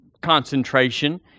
concentration